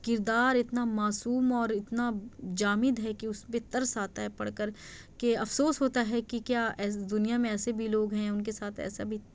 کرادر اتنا معصوم اور اتنا جامد ہے کہ اُس پہ ترس آتا ہے پڑھ کر کے افسوس ہوتا ہے کہ کیا اِس دُنیا میں ایسے بھی لوگ ہیں اُن کے ساتھ ایسا بھی